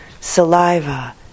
saliva